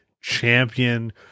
champion